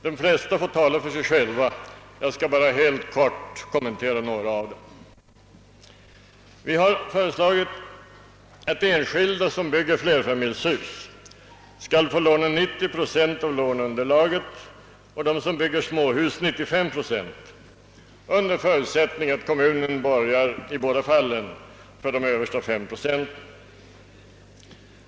De flesta får tala för sig själva, och jag skall bara kortfattat kommentera några. Vi har föreslagit att enskilda som bygger flerfamiljshus skall få låna 90 procent av låneunderlaget och de som bygger småhus 95 procent under förutsättning att kommunen borgar för de översta 5 procenten.